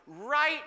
...right